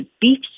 beef